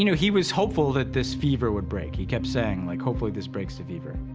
you know he was hopeful that this fever would break. he kept saying, like, hopefully, this breaks the fever.